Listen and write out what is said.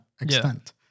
extent